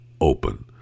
open